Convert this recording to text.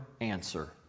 answer